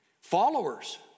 Followers